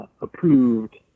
approved